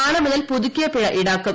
നാളെ മുതൽ പുതുക്കിയ പിഴ ഈടാക്കും